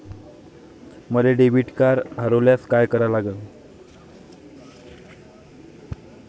माय debit card हरोल्यास काय करा लागन?